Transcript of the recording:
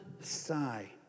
sigh